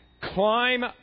climb